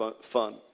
fun